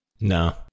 No